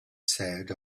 said